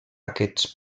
aquests